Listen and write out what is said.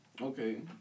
Okay